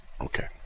Okay